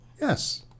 yes